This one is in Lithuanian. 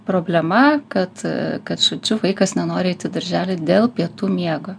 problema kad kad žodžiu vaikas nenori eit į darželį dėl pietų miego